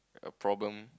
a problem